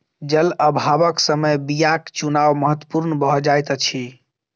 जल अभावक समय बीयाक चुनाव महत्पूर्ण भ जाइत अछि